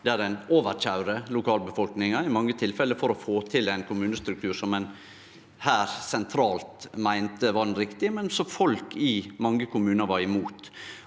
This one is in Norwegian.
tilfelle overkøyrde lokalbefolkninga for å få til ein kommunestruktur ein her, sentralt, meinte var den riktige, men som folk i mange kommunar var imot.